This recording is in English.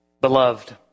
Beloved